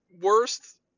worst